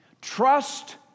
Trust